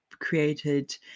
created